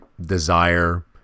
desire